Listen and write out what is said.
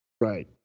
Right